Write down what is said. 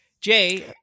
Jay